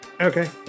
Okay